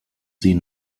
sie